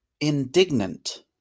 indignant